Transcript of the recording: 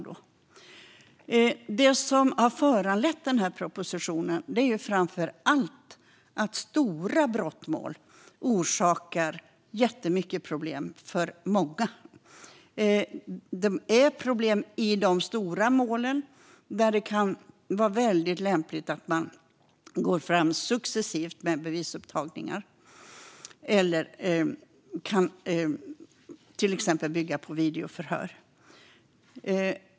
Det som har föranlett propositionen är framför allt att stora brottmål orsakar jättemycket problem för många. Det är problem i de stora målen. Där kan det vara väldigt lämpligt att man går fram successivt med bevisupptagningar eller till exempel kan bygga på videoförhör.